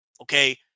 okay